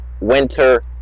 winter